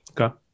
Okay